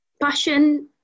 passion